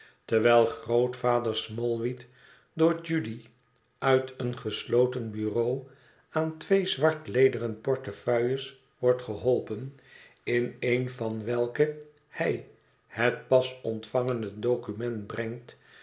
terwijl grootvader smallweed door judy uit een gesloten bureau aan twee zwart lederen portefeuilles wordt geholpen in een van welke hij het pas ontvangene document bergt